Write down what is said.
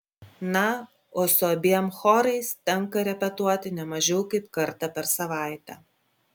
na o su abiem chorais tenka repetuoti ne mažiau kaip kartą per savaitę